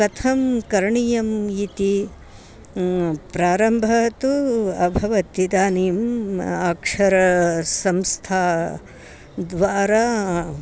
कथं करणीयम् इति प्रारम्भः तु अभवत् इदानीम् अक्षरासंस्थाद्वारा